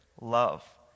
love